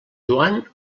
joan